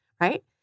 Right